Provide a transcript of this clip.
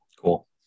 Cool